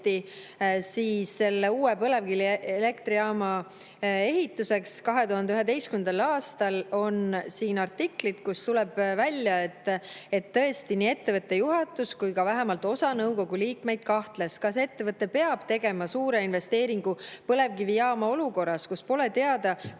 otsust selle uue põlevkivielektrijaama ehituseks, 2011. aastast on siin artiklid, kus tuleb välja, et tõesti, nii ettevõtte juhatus kui ka vähemalt osa nõukogu liikmeid kahtles, kas ettevõte peab tegema suure investeeringu põlevkivijaama olukorras, kus pole teada,